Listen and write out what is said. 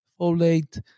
folate